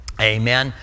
Amen